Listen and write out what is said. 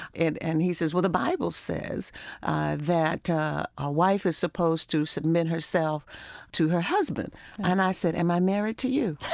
and and he says, well, the bible says that a wife is supposed to submit herself to her husband and i said, am i married to you?